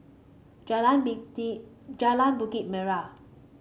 Jalan Bikit Jalan Bukit Merah